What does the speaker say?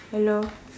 hello